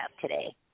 today